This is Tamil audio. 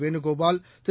வேனுகோபால் திரு